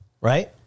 right